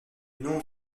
nombre